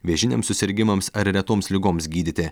vėžiniams susirgimams ar retoms ligoms gydyti